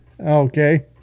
Okay